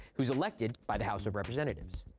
who is elected by the house of representatives.